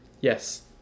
Yes